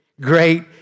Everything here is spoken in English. Great